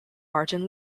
barton